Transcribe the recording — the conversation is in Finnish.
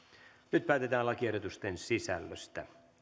nyt päätetään lakiehdotusten sisällöstä